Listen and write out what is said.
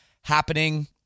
happening